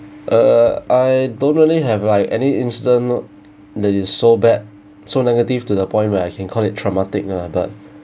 uh I don't really have like any incident that is so bad so negative to the point where I can call it traumatic lah but